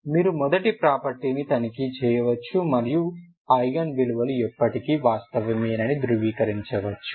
కాబట్టి మీరు మొదటి ప్రాపర్టీని తనిఖీ చేయవచ్చు మరియు ఐగెన్ విలువలు ఎల్లప్పుడూ వాస్తవమేనని ధృవీకరించవచ్చు